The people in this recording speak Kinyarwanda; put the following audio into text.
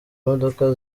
imodoka